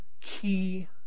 key